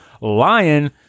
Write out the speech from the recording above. Lion